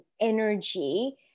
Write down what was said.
energy